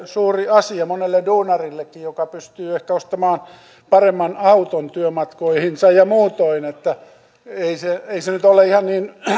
suuri asia monelle duunarillekin joka pystyy ehkä ostamaan paremman auton työmatkoihinsa ja ja muutoin niin että ei se ei se nyt ole ihan niin